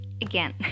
again